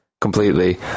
completely